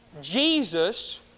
Jesus